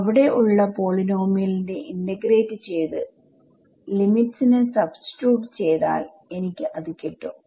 അവിടെ ഉള്ള പോളിനോമിയൽനെ ഇന്റഗ്രേറ്റ് ചെയ്ത് ലിമിറ്റ്സ് നെ സബ്സ്റ്റിട്യൂട്ട്ചെയ്താൽ എനിക്ക് അത് കിട്ടും